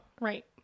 Right